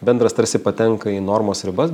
bendras tarsi patenka į normos ribas